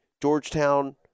Georgetown